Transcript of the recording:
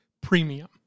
premium